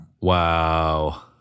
wow